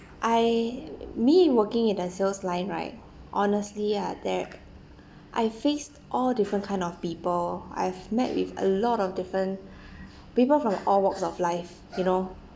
I me in working in the sales line right honestly ah there I faced all different kind of people I've met with a lot of different people from the all walks of life you know